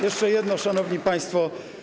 Jeszcze jedno, szanowni państwo.